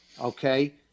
okay